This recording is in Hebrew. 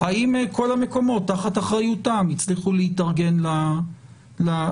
האם כל המקומות תחת אחריותם הצליחו להתארגן לעניין.